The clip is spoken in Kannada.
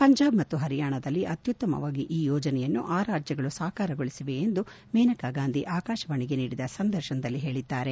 ಪಂಜಾಬ್ ಮತ್ತು ಹರಿಯಾಣದಲ್ಲಿ ಅತ್ಯುತ್ತಮವಾಗಿ ಈ ಯೋಜನೆಯನ್ನು ಆ ರಾಜ್ಯಗಳು ಸಾಕಾರಗೊಳಿಸಿವೆ ಎಂದು ಮೇನಕಾಗಾಂಧಿ ಆಕಾಶವಾಣಿಗೆ ನೀಡಿದ ಸಂದರ್ಶನದಲ್ಲಿ ಹೇಳಿದ್ದಾರೆ